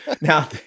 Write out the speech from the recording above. Now